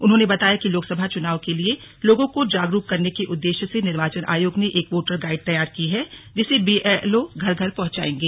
उन्होंने बताया कि लोकसभा चुनाव के लिए लोगों को जागरुक करने के उद्देश्य से निर्वाचन आयोग ने एक वोटर गाइड तैयार की है जिसे बीएलओ घर घर पहुंचाएंगे